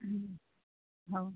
ಹ್ಞೂಂ ಹೌದು